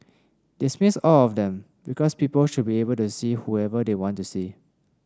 dismiss all of them because people should be able to see whoever they want to see